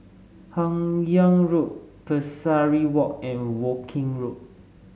Hun Yeang Road Pesari Walk and Woking Road